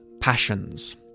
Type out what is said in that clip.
passions